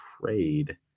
trade